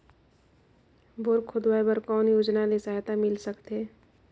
Bore खोदवाय बर कौन योजना ले सहायता मिल सकथे?